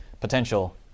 potential